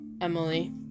Emily